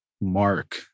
mark